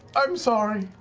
i'm sorry.